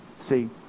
See